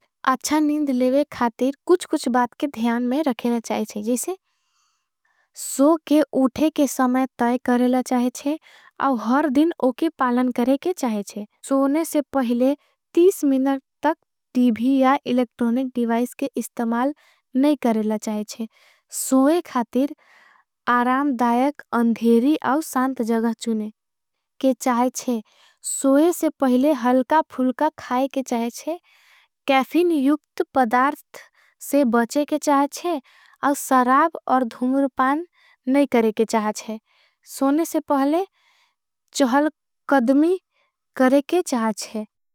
अच्छा निन्द लेवे खातिर कुछ कुछ बात के ध्यान में रखेला चाहिए। जिसे सोके उठे के समय तय करेला चाहिए और हर दिन उके। पालन करे के चाहिए सोने से पहले मिनट तक टीवी या। इलेक्टोनिक डिवाइस के इस्तमाल नहीं करेला चाहिए अफिन। युक्त पदार्त से बचे के चाहिए और सराब और धुमर पान नहीं। करे के चाहिए सोने से पहले चहल कदमी करे के चाहिए।